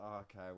okay